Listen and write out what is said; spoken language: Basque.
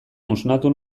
hausnatu